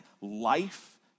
Life